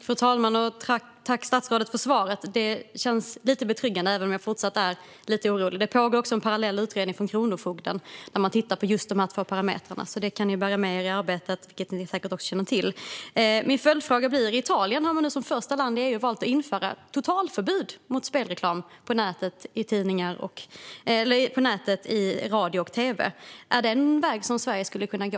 Fru talman! Jag tackar statsrådet för svaret. Det känns lite betryggande, även om jag fortsatt är lite orolig. Det pågår också en parallell utredning från Kronofogden, där man tittar på just de här två parametrarna, vilket ni säkert känner till. Det kan ni bära med er i arbetet. Jag har en följdfråga. I Italien har man nu som första land i EU valt att införa totalförbud mot spelreklam på nätet och på radio och tv. Är det en väg som Sverige skulle kunna gå?